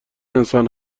انسان